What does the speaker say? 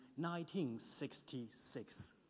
1966